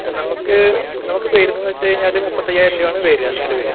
നമുക്ക് നമുക്ക് വരുന്നത് വച്ച് കഴിഞ്ഞാൽ മുപ്പത്തയ്യായിരം രൂപയാണ് വരിക നിലവിൽ